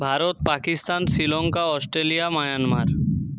Bharat Pakistan Sri Lanka Australia Myanmar